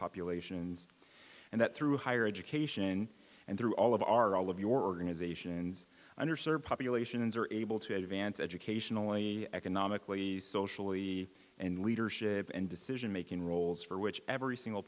populations and that through higher education and through all of our all of your organizations under served populations are able to advance educationally economically socially and leadership and decision making roles for which every single